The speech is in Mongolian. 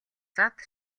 зад